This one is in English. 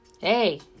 hey